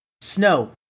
snow